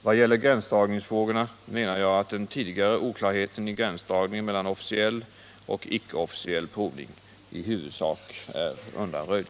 Vad gäller gränsdragningsfrågorna menar jag att den tidigare oklarheten i gränsdragning mellan officiell och ickeofficiell provning i huvudsak är undanröjd.